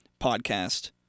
podcast